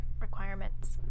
requirements